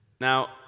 Now